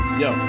yo